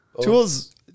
Tools